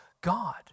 God